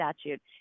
statute